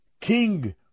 King